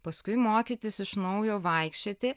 paskui mokytis iš naujo vaikščioti